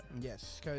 Yes